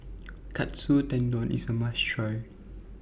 Katsu Tendon IS A must Try